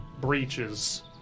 breaches